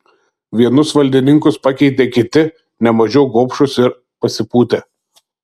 vienus valdininkus pakeitė kiti ne mažiau gobšūs ir pasipūtę